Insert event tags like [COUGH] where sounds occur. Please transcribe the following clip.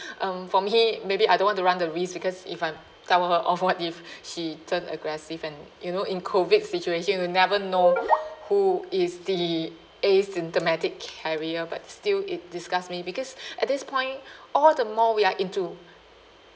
[BREATH] um for me maybe I don't want to run the risk because if I'm tell her off what if [BREATH] she turn aggressive and you know in COVID situation you never know who is the asymptomatic carrier but still it disgusts me because [BREATH] at this point all the more we are into